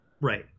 Right